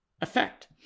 effect